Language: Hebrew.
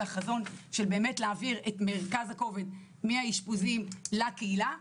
החזון של להעביר את מרכז הכובד מהאשפוזים לקהילה,